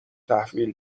تحویل